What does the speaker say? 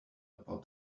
about